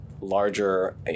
larger